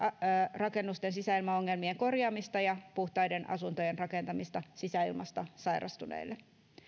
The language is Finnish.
rakennusten sisäilmaongelmien korjaamista ja puhtaiden asuntojen rakentamista sisäilmasta sairastuneille